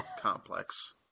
complex